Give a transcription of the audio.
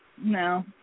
No